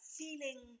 feeling